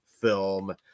film